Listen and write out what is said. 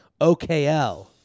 OKL